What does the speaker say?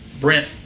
brent